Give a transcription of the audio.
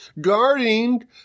guarding